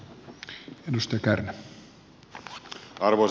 arvoisa puhemies